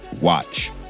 watch